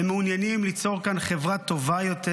הם מעוניינים ליצור כאן חברה טובה יותר,